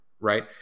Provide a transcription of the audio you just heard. right